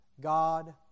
God